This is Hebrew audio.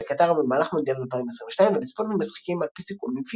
לקטר במהלך מונדיאל 2022 ולצפות במשחקים על פי סיכום עם פיפ"א.